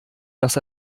dass